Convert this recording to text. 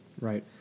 Right